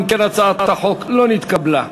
אם כן, הצעת החוק לא נתקבלה.